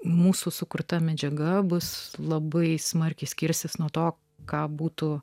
mūsų sukurta medžiaga bus labai smarkiai skirsis nuo to ką būtų